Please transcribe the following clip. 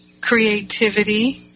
creativity